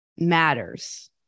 matters